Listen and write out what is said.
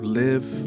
live